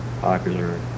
popular